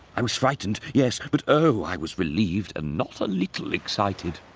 i was frightened, yes, but o! i was relieved and not a little excited.